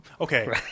okay